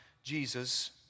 Jesus